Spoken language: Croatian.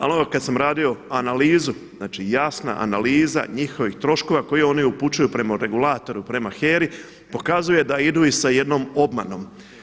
Ali ono kad sam radio analizu, znači jasna analiza njihovih troškova koje oni upućuju prema regulatoru, prema HERA-i pokazuje da idu i sa jednom obmanom.